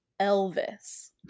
Elvis